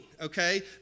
okay